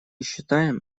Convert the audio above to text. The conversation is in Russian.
считаем